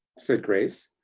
said grace.